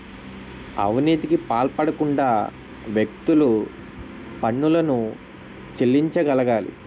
అవినీతికి పాల్పడకుండా వ్యక్తులు పన్నులను చెల్లించగలగాలి